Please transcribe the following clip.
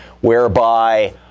whereby